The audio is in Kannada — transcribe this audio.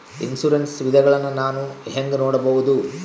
ಇನ್ಶೂರೆನ್ಸ್ ವಿಧಗಳನ್ನ ನಾನು ಹೆಂಗ ನೋಡಬಹುದು?